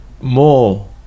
more